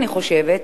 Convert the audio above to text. אני חושבת,